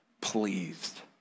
pleased